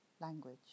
language